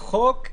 בחוק,